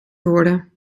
geworden